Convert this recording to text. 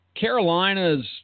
Carolinas